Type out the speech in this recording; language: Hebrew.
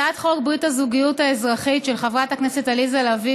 הצעת חוק ברית הזוגיות האזרחית של חברת הכנסת עליזה לביא